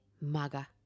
MAGA